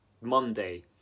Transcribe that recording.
Monday